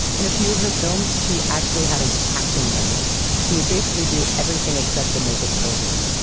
in a few of her films she actually had an acting double who would basically do everything except the naked posing.